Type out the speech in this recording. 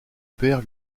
père